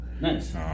Nice